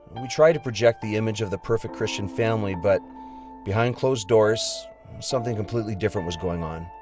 we tried to project the image of the perfect christian family, but behind closed doors something completely different was going on.